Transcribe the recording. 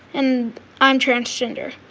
and i'm transgender.